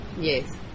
Yes